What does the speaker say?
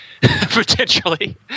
potentially